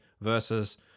versus